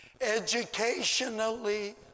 educationally